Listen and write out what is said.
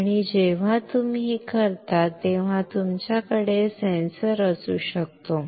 आणि जेव्हा तुम्ही हे करता तेव्हा तुमच्याकडे सेन्सर असू शकतो